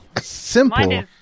Simple